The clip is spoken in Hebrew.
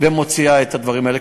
ומוציאה את הדברים האלה.